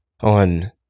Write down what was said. on